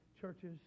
churches